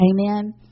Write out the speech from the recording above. Amen